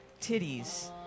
titties